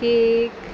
cake